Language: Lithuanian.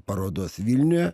parodos vilniuje